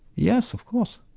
yes of course,